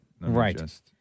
Right